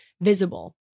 visible